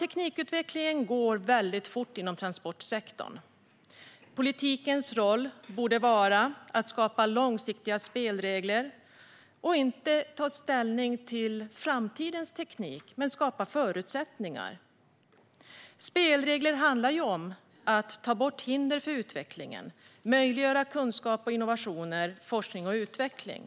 Teknikutvecklingen går väldigt fort inom transportsektorn. Politikens roll borde vara att skapa långsiktiga spelregler. Politiken borde inte ta ställning till framtidens teknik men skapa förutsättningar. Spelregler handlar ju om att ta bort hinder för utvecklingen och om att möjliggöra kunskap, innovationer, forskning och utveckling.